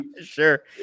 Sure